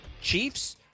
Chiefs